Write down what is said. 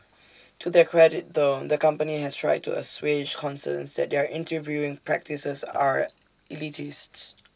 to their credit though the company has tried to assuage concerns that their interviewing practices are elitists